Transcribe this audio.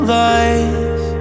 life